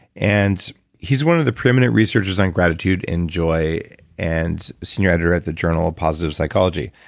and he's one of the preeminent researchers on gratitude and joy and senior editor at the journal of positive psychology.